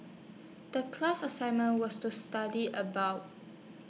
The class assignment was to study about